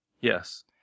Yes